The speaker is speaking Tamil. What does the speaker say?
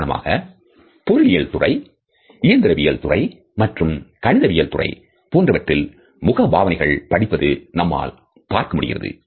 உதாரணமாக பொருளியல் துறை இயந்திரவியல் துறை மற்றும் கணிதவியல் துறை போன்றவற்றில் முக பாவனைகளை படிப்பது நம்மால் பார்க்க முடிகிறது